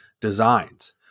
designs